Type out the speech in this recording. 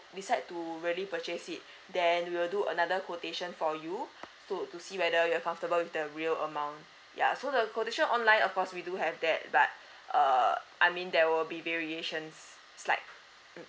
decide to really purchase it then we'll do another quotation for you to to see whether you're comfortable with the real amount ya so the quotation online of course we do have that but uh I mean there will be variations slight mm